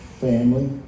family